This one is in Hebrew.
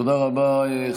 תודה רבה.